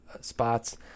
spots